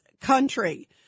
country